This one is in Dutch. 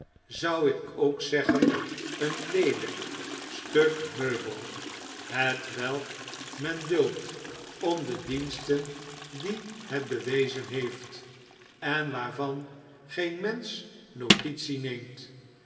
zou ik ook zeggen een leelijk stuk meubel hetwelk men duldt om de diensten die het bewezen heeft en waarvan geen mensch notitie neemt